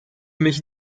mich